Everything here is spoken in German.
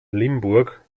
limburg